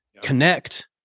connect